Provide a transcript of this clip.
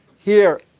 here,